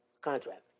contract